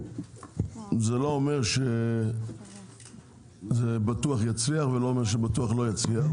וזה לא אומר שזה בטוח יצליח וזה לא אומר שבטוח לא יצליח,